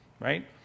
Right